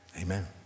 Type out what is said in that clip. Amen